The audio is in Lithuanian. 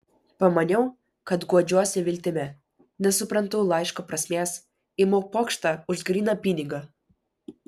pamaniau kad guodžiuosi viltimi nesuprantu laiško prasmės imu pokštą už gryną pinigą